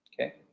Okay